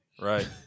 Right